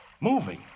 Moving